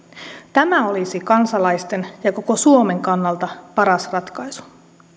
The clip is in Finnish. tämä olisi kansalaisten ja koko suomen kannalta paras ratkaisu